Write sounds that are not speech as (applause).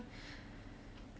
(breath)